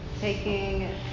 taking